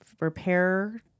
repair